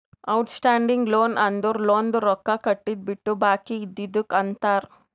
out standing loan ಅಂದುರ್ ಲೋನ್ದು ರೊಕ್ಕಾ ಕಟ್ಟಿದು ಬಿಟ್ಟು ಬಾಕಿ ಇದ್ದಿದುಕ್ ಅಂತಾರ್